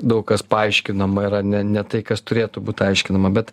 daug kas paaiškinama yra ne ne tai kas turėtų būt aiškinama bet